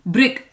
Brick